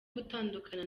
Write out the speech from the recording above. gutandukana